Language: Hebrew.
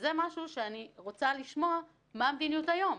וזה משהו שאני רוצה לשמוע מה המדיניות היום.